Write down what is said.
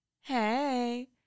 Hey